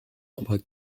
trois